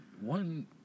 one